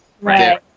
Right